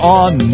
on